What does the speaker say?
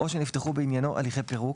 או שנפתחו בעניינו הליכי פירוק,